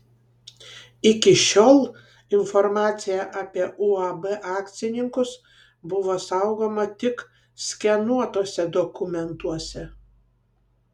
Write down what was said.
iki šiol informacija apie uab akcininkus buvo saugoma tik skenuotuose dokumentuose